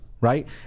right